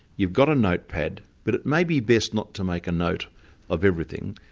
you've got a notepad, but it may be best not to make a note of everything,